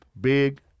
big